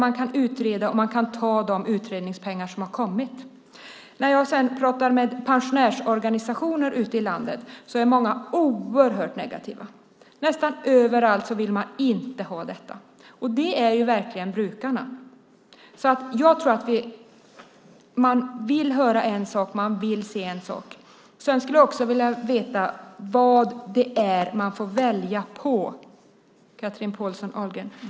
Man kan utreda, och man kan ta de utredningspengar som har kommit. När jag sedan talar med pensionärsorganisationer ute i landet är många oerhört negativa. Nästan överallt säger de att de inte vill ha detta. Och det är verkligen brukarna. Jag tror att man vill höra en sak och att man vill se en sak. Jag skulle också vilja veta vad det är som man får välja mellan, Chatrine Pålsson Ahlgren.